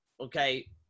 okay